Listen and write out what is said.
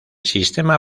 sistema